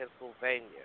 Pennsylvania